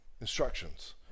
instructions